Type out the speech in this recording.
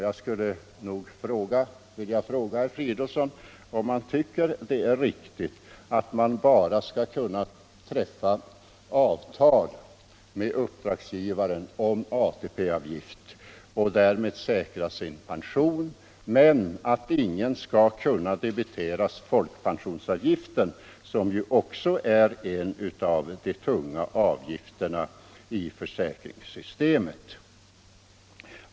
Jag skulle nog vilja fråga herr Fridolfsson, om han tycker att det är riktigt att man skall kunna träffa avtal med — Enhetliga regler för uppdragsgivaren om ATP-avgift och därmed säkra sin pension med att — beräkning av ingen skall kunna debiteras folkpensionsavgiften, som också är en av = socialförsäkringsde tunga avgifterna i försäkringssystemet.